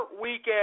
Weekend